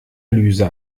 dialyse